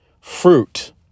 fruit